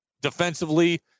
defensively